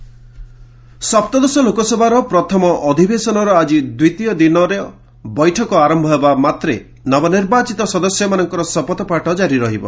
Lok Sabha oath ସପ୍ତଦଶ ଲୋକସଭାର ପ୍ରଥମ ଅଧିବେଶନର ଆକି ଦ୍ୱିତୀୟ ଦିନର ବୈଠକ ଆରମ୍ଭ ହେବା ମାତ୍ରେ ନବନିର୍ବାଚିତ ସଦସ୍ୟମାନଙ୍କର ଶପଥପାଠ ଜାରି ରହିବ